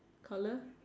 colour